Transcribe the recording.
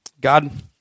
God